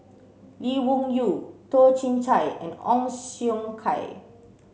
Lee Wung Yew Toh Chin Chye and Ong Siong Kai